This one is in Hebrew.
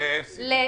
זמנים ל-CT,